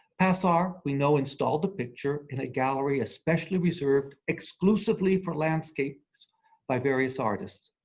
passart we know installed the picture in a gallery especially reserved exclusively for landscapes by various artists.